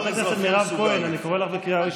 חברת הכנסת מירב כהן, קריאה ראשונה.